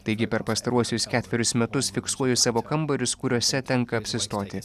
taigi per pastaruosius ketverius metus fiksuoju savo kambarius kuriuose tenka apsistoti